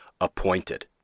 appointed